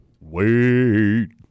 Wait